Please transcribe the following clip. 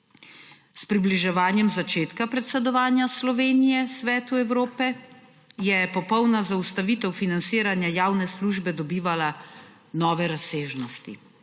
S približevanjem začetka predsedovanja Slovenije Svetu Evrope je popolna zaustavitev financiranja javne službe dobivala nove razsežnosti.